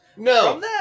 No